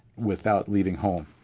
without leaving home.